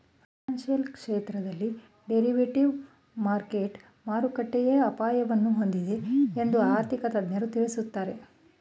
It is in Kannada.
ಫೈನಾನ್ಸಿಯಲ್ ಕ್ಷೇತ್ರದಲ್ಲಿ ಡೆರಿವೇಟಿವ್ ಮಾರ್ಕೆಟ್ ಮಾರುಕಟ್ಟೆಯ ಅಪಾಯವನ್ನು ಹೊಂದಿದೆ ಎಂದು ಆರ್ಥಿಕ ತಜ್ಞರು ತಿಳಿಸುತ್ತಾರೆ